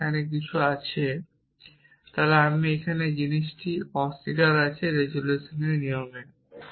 এখানে কিছু আছে আমার আছে রেজোলিউশন এর নিয়ম অনুযায়ী